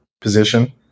position